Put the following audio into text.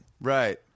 Right